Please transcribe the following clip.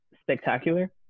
spectacular